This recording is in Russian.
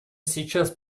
сейчас